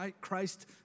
Christ